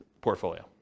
portfolio